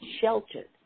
sheltered